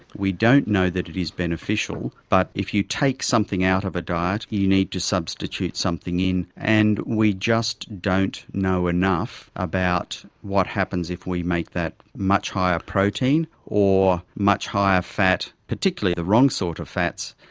we don't know that it is beneficial. but if you take something out of a diet you need to substitute something in, and we just don't know enough about what happens if we make that much higher protein or much higher fat, particularly the wrong sort of fats.